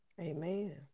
Amen